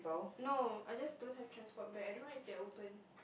no I just don't have transport back I don't know if they're open